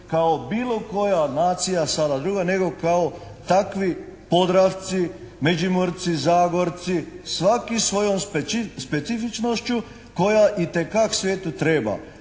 kao bilo koja nacija sada druga nego kao takvi Podravci, Međimurci, Zagorci, svaki svojom specifičnošću koja itekak svetu treba.